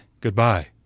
goodbye